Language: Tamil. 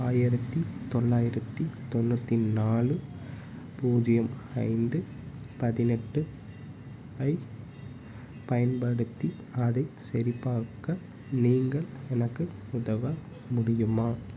ஆயிரத்தி தொள்ளாயிரத்தி தொண்ணூற்றி நாலு பூஜ்ஜியம் ஐந்து பதினெட்டு ஐப் பயன்படுத்தி அதைச் சரிபார்க்க நீங்கள் எனக்கு உதவ முடியுமா